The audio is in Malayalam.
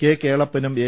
കെ കേളപ്പനും എ